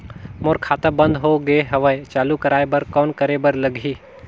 मोर खाता बंद हो गे हवय चालू कराय बर कौन करे बर लगही?